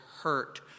hurt